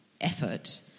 effort